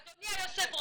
אדוני היושב ראש,